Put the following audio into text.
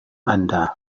anda